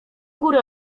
góry